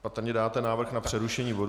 Patrně dáte návrh na přerušení bodu.